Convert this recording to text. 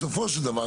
בסופו של דבר,